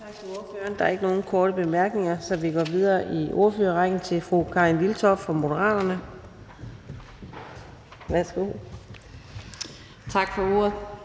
Tak for ordet.